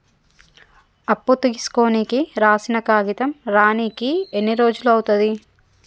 అప్పు తీసుకోనికి రాసిన కాగితం రానీకి ఎన్ని రోజులు అవుతది?